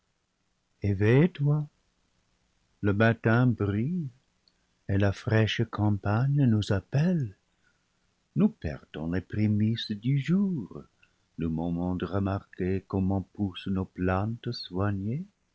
éveille-toi le matin brille et la fraîche campagne nous appelle nous perdons les prémices du jour le moment de remarquer comment poussent nos plantes